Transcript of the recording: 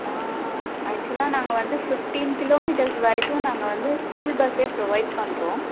ஆ ஆக்ட்ச்சுவாலாக நாங்கள் வந்து ஃபிப்டீன் கிலோ மீட்டர்ஸ் வரைக்கும் நாங்கள் வந்து ஸ்கூல் பஸ்ஸே ப்ரொவைடு பண்ணுறோம்